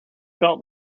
felt